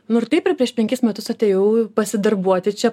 nu ir taip ir prieš penkis metus atėjau pasidarbuoti čia